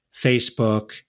Facebook